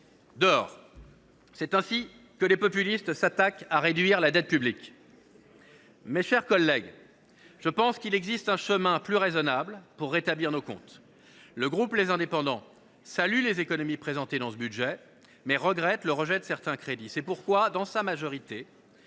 Dehors !» C’est ainsi que les populistes s’attaquent à réduire la dette publique. Mes chers collègues, je pense qu’il existe un chemin plus raisonnable pour rétablir nos comptes. Le groupe Les Indépendants salue les économies présentées dans ce budget, mais regrette le rejet de certains crédits. C’est pourquoi, dans sa majorité,